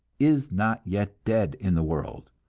is not yet dead in the world.